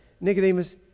Nicodemus